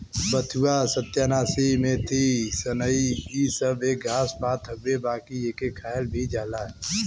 बथुआ, सत्यानाशी, मेथी, सनइ इ सब एक घास पात हउवे बाकि एके खायल भी जाला